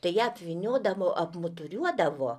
tai ją apvyniodama apmuturiuodavo